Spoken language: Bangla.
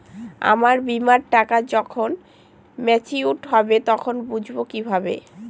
আমার বীমার টাকা যখন মেচিওড হবে তখন বুঝবো কিভাবে?